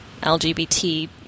LGBT